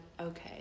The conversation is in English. Okay